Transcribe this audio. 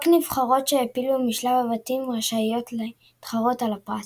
רק נבחרות שהעפילו משלב הבתים רשאיות להתחרות על הפרס.